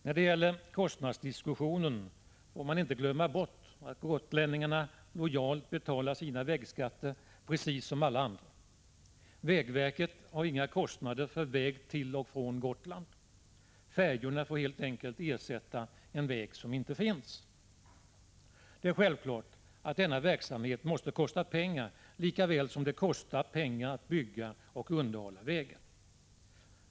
När det gäller kostnadsdiskussionen får man inte glömma bort att gotlänningarna lojalt betalar sina vägskatter precis som alla andra. Vägverket har inga kostnader för väg till och från Gotland. Färjorna får helt enkelt ersätta en väg som inte finns. Det är självklart att denna verksamhet måste kosta pengar lika väl som det kostar pengar att bygga och underhålla vägar.